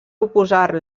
oposar